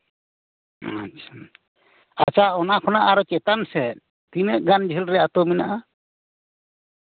ᱟᱪᱪᱷᱟ ᱟᱪᱪᱷᱟ ᱚᱱᱟ ᱠᱷᱚᱱᱟᱜ ᱟᱨᱦᱚᱸ ᱪᱮᱛᱟᱱ ᱥᱮᱫ ᱛᱤᱱᱟᱹᱜ ᱜᱟᱱ ᱡᱷᱟᱹᱞᱨᱮ ᱟᱛᱳ ᱢᱮᱱᱟᱜᱼᱟ